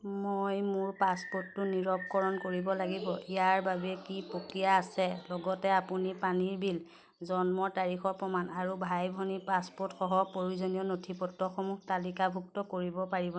মই মোৰ পাছপোৰ্টটো নিৰৱকৰণ কৰিব লাগিব ইয়াৰ বাবে কি প্ৰক্ৰিয়া আছে লগতে আপুনি পানীৰ বিল জন্ম তাৰিখৰ প্ৰমাণ আৰু ভাই ভনীৰ পাছপ'ৰ্ট সহ প্ৰয়োজনীয় নথিপত্ৰসমূহ তালিকাভুক্ত কৰিব পাৰিবনে